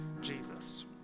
Jesus